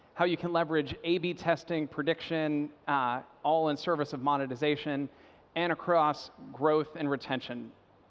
how you can leverage a b testing prediction all in service of monetization and across growth and retention.